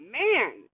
man